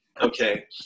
Okay